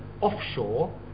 offshore